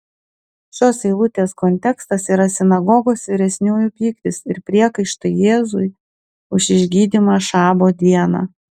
šios eilutės kontekstas yra sinagogos vyresniųjų pyktis ir priekaištai jėzui už išgydymą šabo dieną